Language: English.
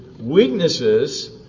weaknesses